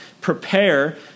prepare